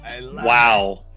Wow